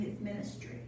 ministry